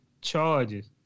charges